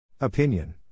Opinion